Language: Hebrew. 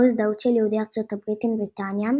הזדהות של יהודי ארצות הברית עם בריטניה,